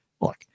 look